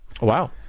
Wow